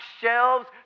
shelves